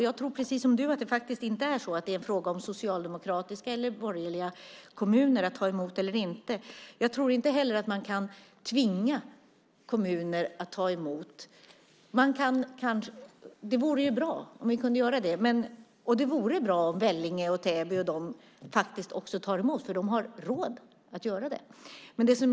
Jag tror precis som du att det inte är en fråga om socialdemokratiska eller borgerliga kommuner som tar emot eller inte. Jag tror inte heller att man kan tvinga kommuner att ta emot. Det vore bra om vi kunde göra det och om Vellinge, Täby och de andra faktiskt tar emot. De har råd att göra det.